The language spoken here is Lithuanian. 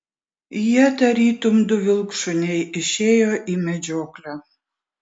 jie tarytum du vilkšuniai išėjo į medžioklę